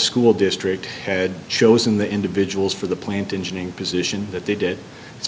school district had chosen the individuals for the plant engine in a position that they did